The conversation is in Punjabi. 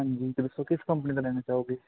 ਹਾਂਜੀ ਦੱਸੋ ਕਿਸ ਕੰਪਨੀ ਦਾ ਲੈਣਾ ਚਾਹੋਗੇ